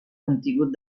contingut